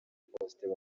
faustin